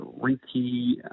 Ricky